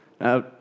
Now